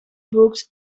books